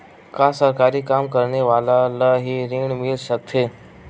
का सरकारी काम करने वाले ल हि ऋण मिल सकथे?